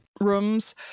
rooms